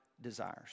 desires